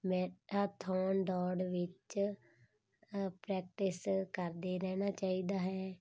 ਮੈਰਾ ਥੋਨ ਦੌੜ ਵਿੱਚ ਅ ਪ੍ਰੈਕਟਿਸ ਕਰਦੇ ਰਹਿਣਾ ਚਾਹੀਦਾ ਹੈ